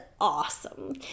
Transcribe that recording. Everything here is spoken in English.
awesome